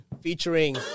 featuring